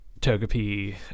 togepi